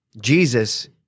Jesus